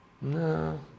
No